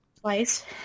Twice